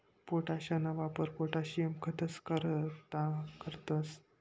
पोटाशना वापर पोटाशियम खतंस करता करतंस